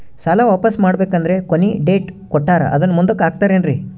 ಸಾಲ ವಾಪಾಸ್ಸು ಮಾಡಬೇಕಂದರೆ ಕೊನಿ ಡೇಟ್ ಕೊಟ್ಟಾರ ಅದನ್ನು ಮುಂದುಕ್ಕ ಹಾಕುತ್ತಾರೇನ್ರಿ?